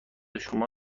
شما